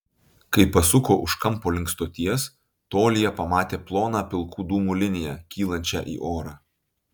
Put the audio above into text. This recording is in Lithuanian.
kai pasuko už kampo link stoties tolyje pamatė ploną pilkų dūmų liniją kylančią į orą